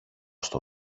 στο